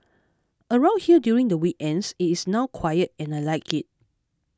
around here during the weekends it is now quiet and I like it